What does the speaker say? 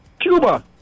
Cuba